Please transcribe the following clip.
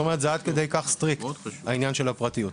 עד כדי כך חסוי העניין של הפרטיות.